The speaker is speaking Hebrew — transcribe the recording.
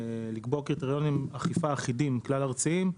לקבוע קריטריוני אכיפה אחידים כלל-ארציים.